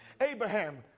Abraham